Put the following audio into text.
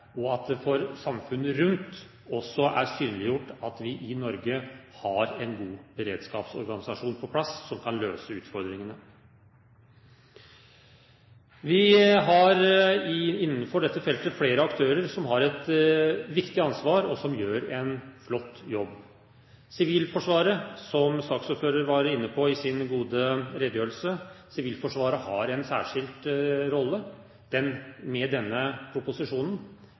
og at det for samfunnet rundt også er synliggjort at vi i Norge har en god beredskapsorganisasjon på plass, som kan løse utfordringene. Vi har innenfor dette feltet flere aktører som har et viktig ansvar, og som gjør en flott jobb. Sivilforsvaret, som saksordføreren var inne på i sin gode redegjørelse, har en særskilt rolle. Med denne proposisjonen